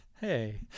Hey